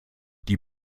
die